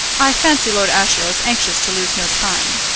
i fancy lord ashiel is anxious to lose no time.